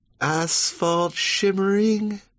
asphalt-shimmering